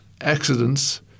accidents